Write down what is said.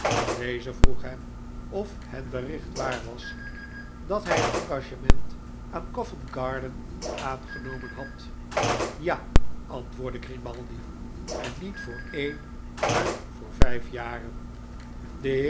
deze vroeg hem of het bericht waar was dat hij een engagement aan covent-garden aangenomen had ja antwoordde grimaldi en niet voor en maar voor vijf jaren